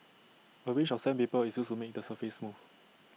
A range of sandpaper is used to make the surface smooth